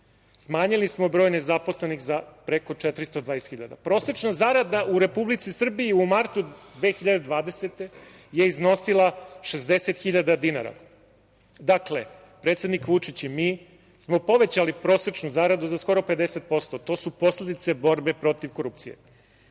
Smanjili smo broj nezaposlenih za preko 420.000. Prosečna zarada u Republici Srbiji u martu 2020. godine je iznosila 60.000 dinara. Dakle, predsednik Vučić i mi smo povećali prosečnu zaradu za skoro 50%. To su posledice borbe protiv korupcije.„Sloboda,